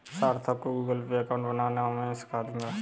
सार्थक को Google Pay account बनाना मैं सीखा दूंगा